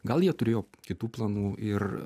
gal jie turėjo kitų planų ir